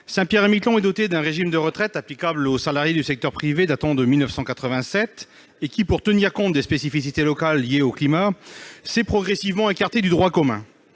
Saint-Pierre-et-Miquelon est dotée d'un régime de retraite applicable aux salariés du secteur privé datant de 1987, lequel, pour tenir compte des spécificités locales liées au climat, s'est progressivement écarté du droit commun.